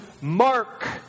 mark